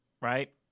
Right